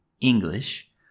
English